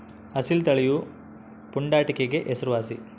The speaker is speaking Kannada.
ಅಸೀಲ್ ತಳಿಯು ಪುಂಡಾಟಿಕೆಗೆ ಹೆಸರುವಾಸಿ